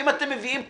אם אתם מביאים פרויקט,